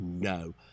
no